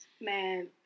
Man